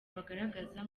bagaragaza